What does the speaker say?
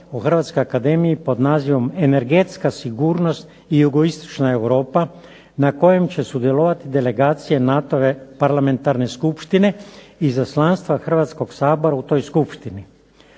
u Hrvatskoj akademiji pod nazivom Energetska sigurnost i Jugoistočna Europa na kojem će sudjelovati delegacije NATO-ve Parlamentarne skupštine i izaslanstva Hrvatskog sabora u toj skupštini.